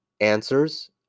answers